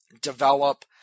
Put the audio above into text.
develop